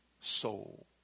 soul